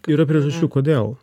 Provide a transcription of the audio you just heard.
yra priežasčių kodėl